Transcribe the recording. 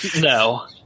No